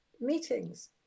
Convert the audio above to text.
meetings